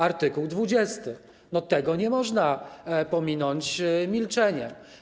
Art. 20. Tego nie można pominąć milczeniem.